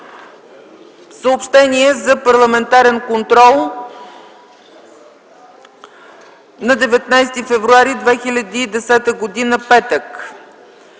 Съобщения за парламентарния контрол на 19 февруари 2010 г., петък: